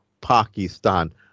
Pakistan